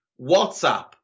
WhatsApp